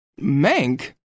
Mank